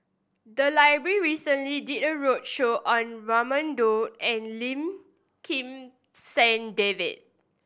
the library recently did a roadshow on Raman Daud and Lim Kim San David